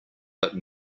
but